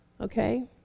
Okay